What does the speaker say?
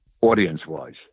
audience-wise